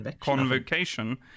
convocation